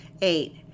Eight